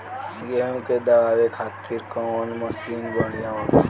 गेहूँ के दवावे खातिर कउन मशीन बढ़िया होला?